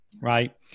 right